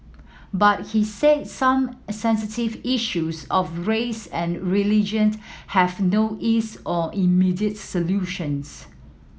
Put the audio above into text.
but he said some sensitive issues of race and religion have no ease or immediate solutions